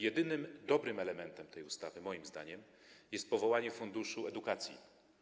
Jedynym dobrym elementem tej ustawy jest moim zdaniem powołanie funduszu edukacji.